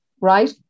right